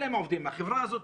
החברה הזאת,